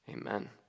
Amen